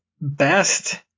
best